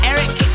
Eric